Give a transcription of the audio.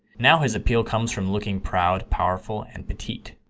now his appeal comes from looking proud, powerful and petite.